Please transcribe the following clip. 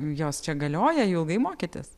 jos čia galioja ilgai mokėtės